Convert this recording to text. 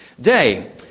day